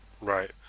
Right